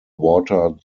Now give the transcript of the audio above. water